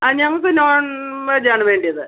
അ ഞങ്ങൾക്ക് നോണ് വെജ്ജാണ് വേണ്ടത്